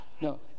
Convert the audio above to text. No